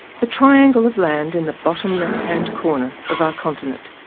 the triangle of land in the bottom left-hand corner of our continent.